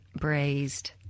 braised